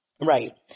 Right